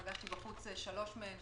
פגשתי בחוץ שלוש מהן,